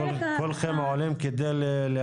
עלמין, אפילו הן לא